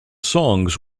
songs